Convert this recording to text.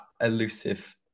elusive